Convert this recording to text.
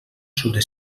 sobre